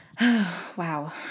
wow